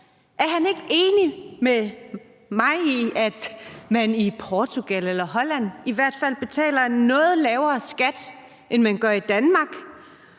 Er han ikke enig med mig i, at de i Portugal eller Holland i hvert fald betaler en noget lavere skat, end vi gør i Danmark,